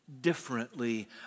differently